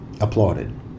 applauded